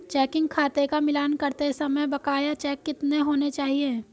Checking खाते का मिलान करते समय बकाया चेक कितने होने चाहिए?